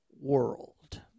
world